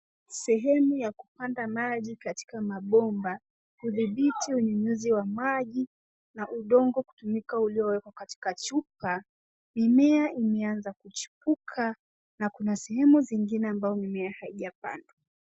Sehemu ya kupanda maji katika mapomba kutibidi unyunyizi wa maji na udongo kutumika uliowekwa katika chuba. Mimea imeanza kuchibuka na kuna sehemu zingine mimea haija pandwa.